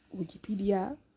wikipedia